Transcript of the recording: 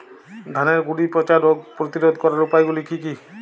ধানের গুড়ি পচা রোগ প্রতিরোধ করার উপায়গুলি কি কি?